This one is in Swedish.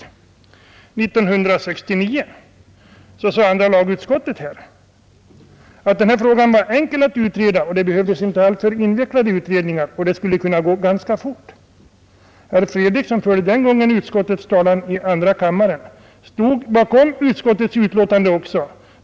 1969 skrev andra lagutskottet att denna fråga var enkel att utreda; det behövdes ingen invecklad uttedning utan det skulle gå ganska snabbt att göra den. Herr Fredriksson förde den gången utskottets talan i andra kammaren och stod också bakom utskottets utlåtande.